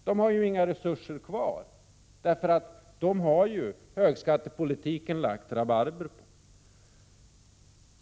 De har ju inga resurser kvar, för dem har högskattepolitiken lagt rabarber på.